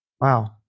Wow